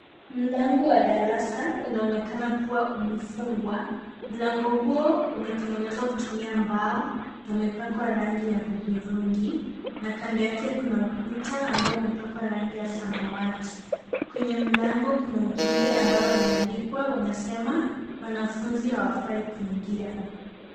Mlango wa darasa unaonekana kuwa umefungwa. Mla go uo umetengenezwa kutumia mbao na umepakwa rangi ya hudhurungi na kando yake kuna ukuta ambao umepakwa rangi ya samawati. Kwenye mlango kuna ujumbe ambao umeandikwa unasema wanafunzi hawafai kuingia.